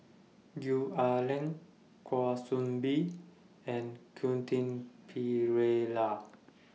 Gwee Ah Leng Kwa Soon Bee and Quentin Pereira